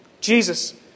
Jesus